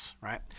right